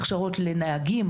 הכשרות לנהגים,